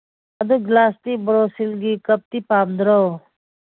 ꯑꯗꯨ ꯒ꯭ꯂꯥꯁꯇꯤ ꯕꯣꯔꯣꯁꯤꯜꯒꯤ ꯀꯞꯇꯤ ꯄꯥꯝꯗ꯭ꯔꯣ